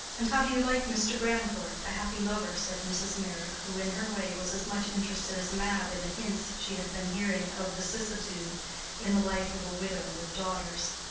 and how do you like mr. grandcourt, the happy lover? said mrs. meyrick, who, in her way, was as much interested as mab in the hints she had been hearing of vicissitude in the life of a widow with daughters.